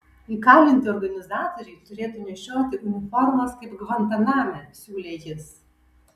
įkalinti organizatoriai turėtų nešioti uniformas kaip gvantaname siūlė jis